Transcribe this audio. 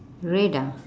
red ah